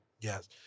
Yes